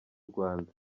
rwanda